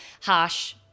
harsh